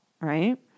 right